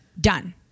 done